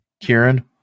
Kieran